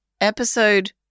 episode